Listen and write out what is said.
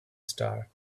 star